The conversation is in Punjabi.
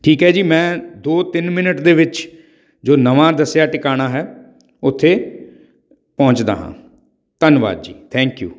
ਠੀਕ ਹੈ ਜੀ ਮੈਂ ਦੋ ਤਿੰਨ ਮਿੰਟ ਦੇ ਵਿੱਚ ਜੋ ਨਵਾਂ ਦੱਸਿਆ ਟਿਕਾਣਾ ਹੈ ਉੱਥੇ ਪਹੁੰਚਦਾ ਹਾਂ ਧੰਨਵਾਦ ਜੀ ਥੈਂਕ ਯੂ